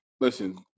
listen